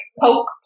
poke